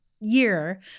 year